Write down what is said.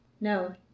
No